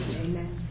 Amen